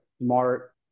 smart